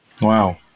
Wow